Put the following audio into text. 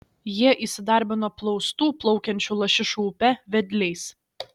jie įsidarbino plaustų plaukiančių lašišų upe vedliais